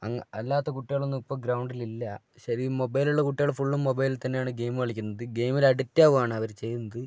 അല്ലാത്ത കുട്ടികളൊന്നും ഇപ്പോൾ ഗ്രൗണ്ടിലില്ല ശരി മൊബൈൽ ഉള്ള കുട്ടികൾ ഫുള്ളും മൊബൈലിൽ തന്നെയാണ് ഗെയിം കളിക്കുന്നത് ഗെയിമിൽ അഡിക്ട് ആവുകയാണ് അവർ ചെയ്യുന്നത്